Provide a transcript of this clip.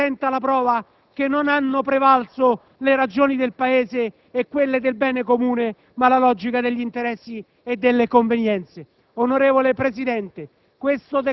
rappresenta la prova che non hanno prevalso le ragioni del Paese e quelle del bene comune ma la logica degli interessi e delle convenienze.